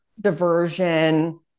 diversion